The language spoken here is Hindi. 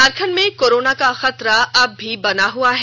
झारखंड में कोरोना का खतरा अब भी बना हुआ है